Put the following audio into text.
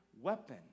weapon